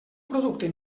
producte